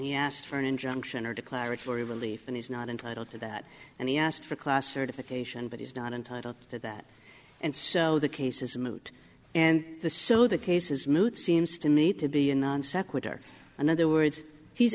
he asked for an injunction or declaratory relief and he's not entitled to that and he asked for classification but he's not entitled to that and so the case is moot and the so the case is moot seems to me to be a non sequitur in other words he's